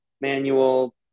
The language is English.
manual